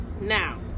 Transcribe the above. Now